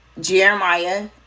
jeremiah